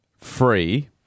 Free